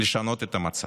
לשנות את המצב.